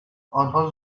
آنها